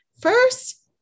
first